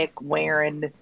wearing